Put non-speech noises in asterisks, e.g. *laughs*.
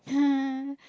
*laughs*